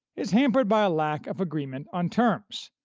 is hampered by a lack of agreement on terms.